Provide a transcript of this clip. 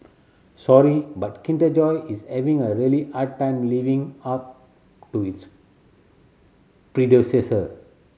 sorry but Kinder Joy is having a really hard time living up to its predecessor